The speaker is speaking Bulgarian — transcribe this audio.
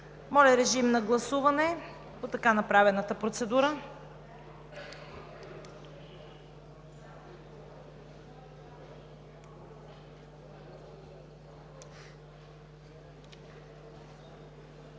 Режим на гласуване по така направената процедура.